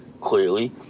clearly